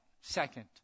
second